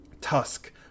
Tusk